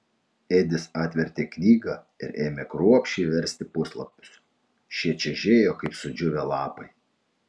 edis atvertė knygą ir ėmė kruopščiai versti puslapius šie čežėjo kaip sudžiūvę lapai